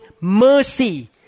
mercy